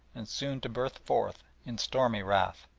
and soon to burst forth in stormy wrath.